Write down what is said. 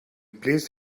placed